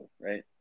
right